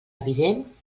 evident